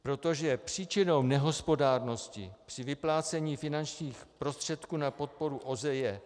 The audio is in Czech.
Protože příčinou nehospodárnosti při vyplácení finančních prostředků na podporu OZ je: